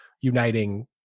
uniting